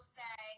say